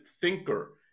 thinker